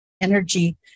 energy